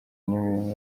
n’imirimo